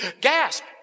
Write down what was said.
gasp